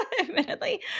admittedly